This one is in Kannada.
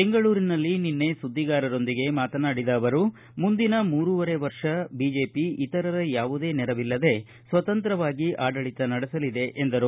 ಬೆಂಗಳೂರಿನಲ್ಲಿ ನಿನ್ನೆ ಸುದ್ದಿಗಾರರೊಂದಿಗೆ ಮಾತನಾಡಿದ ಅವರು ಮುಂದಿನ ಮೂರುವರೆ ವರ್ಷ ಬಿಜೆಪಿ ಯಾವುದೇ ರೀತಿ ಇತರರ ನೆರವಿಲ್ಲದೆ ಸ್ವತಂತ್ರವಾಗಿ ಆಡಳಿತ ನಡೆಸಲಿದೆ ಎಂದರು